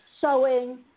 sewing